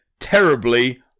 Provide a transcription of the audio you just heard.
Terribly